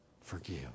Forgive